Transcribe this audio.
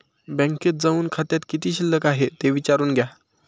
बँकेत जाऊन खात्यात किती शिल्लक आहे ते विचारून घ्या